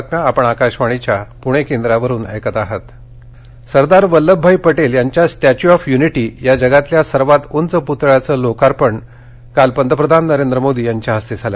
पतळा लोकार्पण सरदार वल्लभ भाई पटेल यांच्या statue of unity या जगातल्या सर्वात उंच पुतळयाचं लोकार्पण काल पंतप्रधान नरेंद्र मोदी यांच्या हस्ते झालं